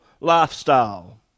Lifestyle